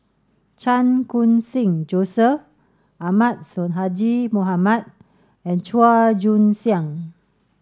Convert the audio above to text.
Chan Khun Sing Joseph Ahmad Sonhadji Mohamad and Chua Joon Siang